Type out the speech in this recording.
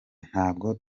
ntabwo